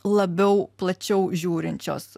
labiau plačiau žiūrinčios